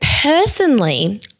personally